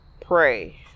pray